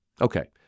Okay